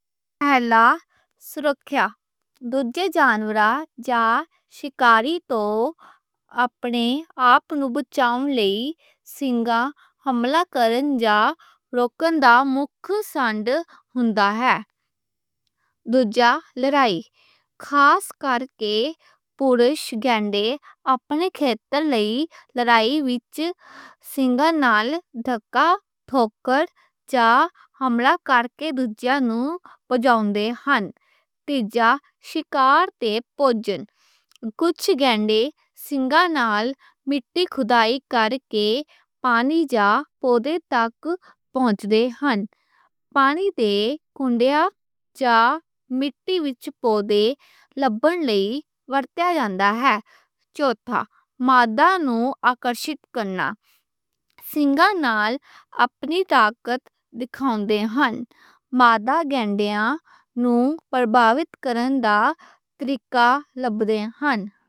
پہلاں سرکھیا، دوجے جانوراں جا شکاری توں اپنے آپ نوں بچاؤن لئی سنگاں حملہ کرن جا روکݨ دا موکھ ساند ہوندا ہے۔ دوجی لڑائی، خاص کرکے پورے سگݨڈے اپنے کھیتے لئی لڑائی وچ سنگاں نال ٹھاکا، ٹھوکا جا حملہ کرکے دوجیاں نوں پجھاؤندے ہن۔ تیجی شکار تے پوجن۔ کجھ گینڈے سنگاں نال مٹی کھتائی کرکے پانی جا پودے تک پہنچ دے ہن۔ پانی دے کݨڈیاں جا مٹی وچ پودے لبݨ لئی ورتیا جاندا ہے۔ چوݨواں، مادی نوں آکرشت کرنا۔ سنگاں نال اپنی طاقت دکھاؤندے ہن۔ مادی گینڈیاں نوں پرباوت کرݨ دا طریقہ لبݨ دے ہن۔